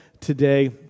today